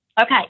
Okay